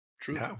True